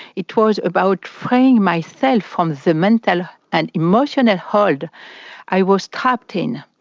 it was about freeing myself from the mental and emotional hold i was trapped in.